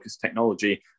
technology